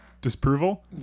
disapproval